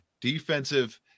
Defensive